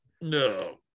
No